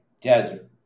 desert